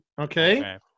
Okay